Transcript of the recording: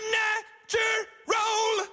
natural